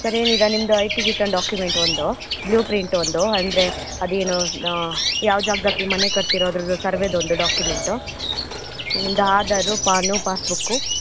sir ಏನಿಲ್ಲ ನಿಮ್ದು I T return document ಒಂದು ಬ್ಲೂಪ್ರಿಂಟ್ ಒಂದು ಅಂದರೆ ಅದೇನು ಯಾವ ಜಾಗದಲ್ಲಿ ಮನೆ ಕಟ್ತೀರೋ ಅದ್ರದ್ದು ಸರ್ವೇದು ಒಂದು ಡಾಕ್ಯೂಮೆಂಟು ನಿಮ್ದು ಆಧಾರು ಪಾನು ಪಾಸ್ಬುಕ್ಕು